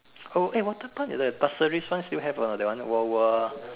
oh okay water point is at Pasir Ris one still have or not that one wild wild